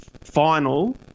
final